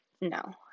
no